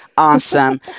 Awesome